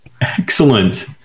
excellent